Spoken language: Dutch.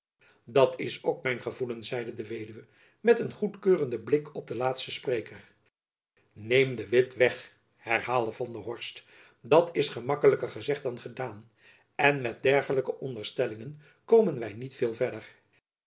dat is ook mijn gevoelen zeide de weduwe met een goedkeurenden blik op den laatsten spreker neem de witt weg herhaalde van der horst dat is gemakkelijker gezegd dan gedaan en met dergelijke onderstellingen komen wy niet veel verder